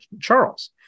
Charles